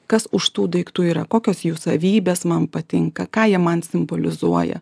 kas už tų daiktų yra kokios jų savybės man patinka ką jie man simbolizuoja